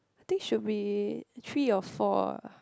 I think should be three or four ah